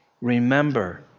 remember